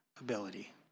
ability